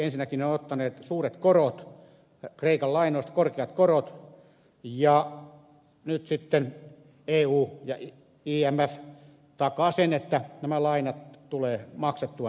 ensinnäkin ne ovat ottaneet suuret korkeat korot kreikan lainoista ja nyt sitten eu ja imf takaavat sen että nämä lainat tulee maksettua näille pankeille